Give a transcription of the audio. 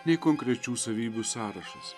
nei konkrečių savybių sąrašas